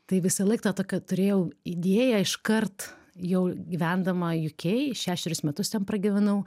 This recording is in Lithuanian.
tai visąlaik tą tokią turėjau idėją iškart jau gyvendama uk šešerius metus ten pragyvenau